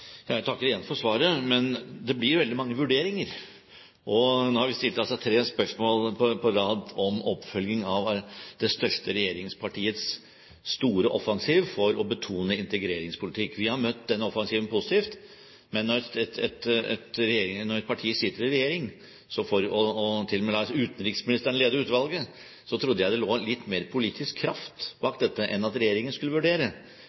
igjen for svaret, men det blir veldig mange vurderinger. Nå har vi stilt tre spørsmål på rad om oppfølging av det største regjeringspartiets store offensiv for å betone integreringspolitikk. Vi har møtt den offensiven positivt. Men når et parti sitter i regjering, og til og med lar utenriksministeren lede utvalget, trodde jeg det lå litt mer politisk kraft bak dette enn at regjeringen skulle